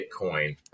Bitcoin